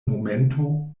momento